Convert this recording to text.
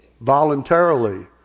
voluntarily